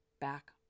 back